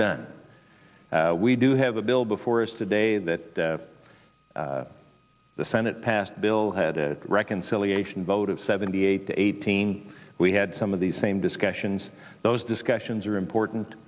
done we do have a bill before us today that the senate passed bill had a reconciliation vote of seventy eight to eighteen we had some of these same discussions those discussions are important